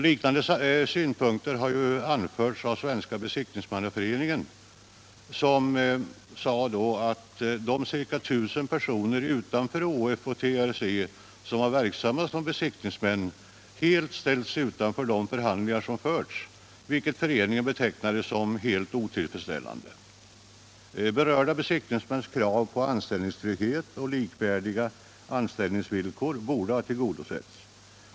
Liknande synpunkter har också framförts av Svenska besiktningsmannaföreningen, som anförde att de ca 1 000 personer utanför ÅF och TRC som var verksamma som besiktningsmän ”helt hade ställts utanför de förhandlingar som förts”. Föreningen betecknade detta som mycket otillfredsställande. De berörda besiktningsmännens krav på anställningstrygghet och likvärdiga anställningsvillkor borde ha tillgodosetts.